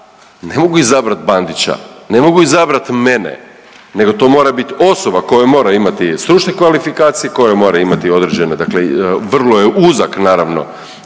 ne mogu izabrati Bandića, ne mogu izabrati mene nego to mora biti osoba koja mora imati stručne kvalifikacije, koja mora imati određeno, dakle vrlo je uzak naravno,